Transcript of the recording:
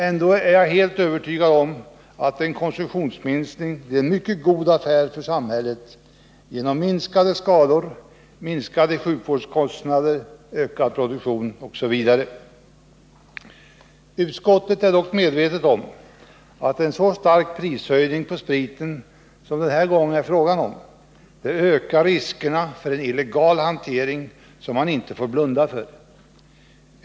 Ändå är jag helt övertygad om att en konsumtionsminskning blir en mycket god affär för samhället genom minskade skador, minskade sjukvårdskostnader, ökad produktion osv. Utskottet är dock medvetet om att en så stark prishöjning på spriten som det den här gången är fråga om ökar riskerna för en illegal hantering som man inte får blunda för.